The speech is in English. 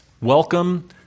welcome